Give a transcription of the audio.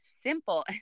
simple